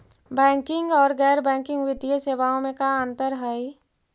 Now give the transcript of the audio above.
Banking और गैर banking वित्तीय सेवाओं में का अंतर हइ?